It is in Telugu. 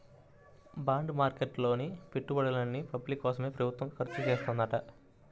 బాండ్ మార్కెట్ లో పెట్టే పెట్టుబడుల్ని పబ్లిక్ కోసమే ప్రభుత్వం ఖర్చుచేత్తదంట